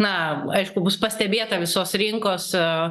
na aišku bus pastebėta visos rinkos a